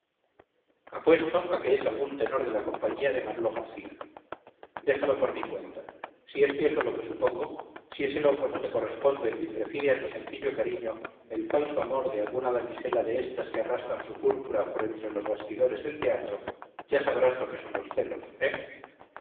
apuesto a que es algún tenor de la compañía de manolo garcía déjalo por mi cuenta si es cierto lo que supongo si ese loco no te corresponde y prefiere a tu sencillo cariño el falso amor de alguna damisela de estas que arrastran su púrpura por entre los bastidores del teatro ya sabrás lo que son celos